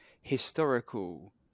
historical